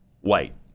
white